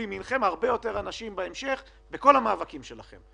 יהיו לימינכם הרבה יותר אנשים בהמשך בכל המאבקים שלכם.